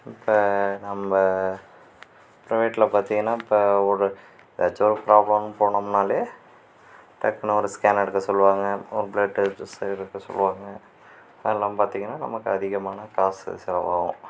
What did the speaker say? இப்போ நம்ம பிரைவேட்டில் பார்த்தீங்கன்னா இப்போ ஒரு ஏதாச்சும் ஒரு ப்ராப்ளம்னு போனோம்னாலே டக்குனு ஒரு ஸ்கேன் எடுக்க சொல்வாங்க ஒரு பிளெட்டு டெஸ்ட்டு எடுக்க சொல்வாங்க அதெல்லாம் பார்த்தீங்கன்னா நமக்கு அதிகமான காசு செலவாகும்